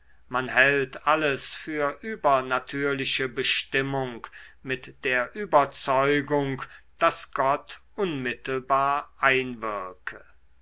man hält alles für übernatürliche bestimmung mit der überzeugung daß gott unmittelbar einwirke